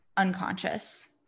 unconscious